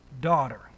Daughter